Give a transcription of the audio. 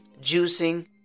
juicing